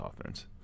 offense